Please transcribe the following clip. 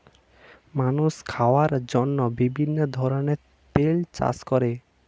মানুষ খাওয়ার জন্য বিভিন্ন ধরনের তেল চাষ করে